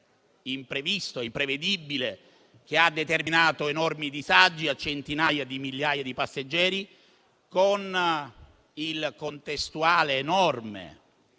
imprevisto e imprevedibile, che ha determinato enormi disagi a centinaia di migliaia di passeggeri, con il contestuale enorme